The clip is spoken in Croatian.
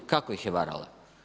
Kako ih je varala?